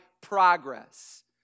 progress